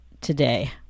today